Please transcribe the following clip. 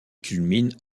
culminent